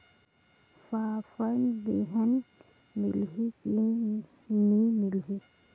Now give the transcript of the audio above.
फाफण बिहान मिलही की नी मिलही?